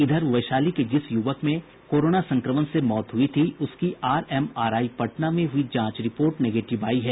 इधर वैशाली के जिस युवक की कोरोना संक्रमण से मौत हुई थी उसकी आरएमआरआई पटना में हुई जांच रिपोर्ट निगेटिव आयी है